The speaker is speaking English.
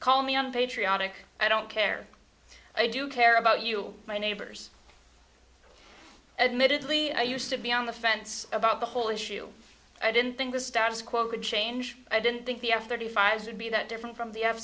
call me unpatriotic i don't care i do care about you my neighbors admittedly i used to be on the fence about the whole issue i didn't think the status quo could change i didn't think the f thirty five would be that different from the f